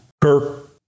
Kirk